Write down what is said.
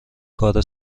کار